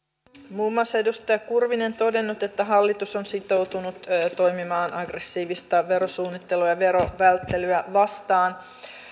muun muassa edustaja kurvinen todennut että hallitus on sitoutunut toimimaan aggressiivista verosuunnittelua ja verovälttelyä vastaan